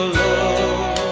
love